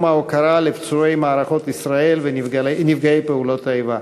ההוקרה לפצועי מערכות ישראל ופעולות האיבה.